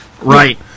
Right